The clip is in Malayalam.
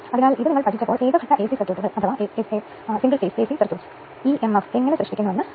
അതിനാൽ അത് KVA KVA fl ആണെങ്കിൽ x 1